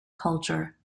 culture